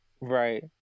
Right